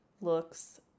looks